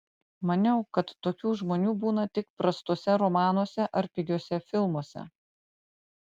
maniau kad tokių žmonių būna tik prastuose romanuose ar pigiuose filmuose